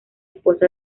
esposa